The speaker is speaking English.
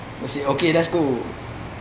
I say okay let's go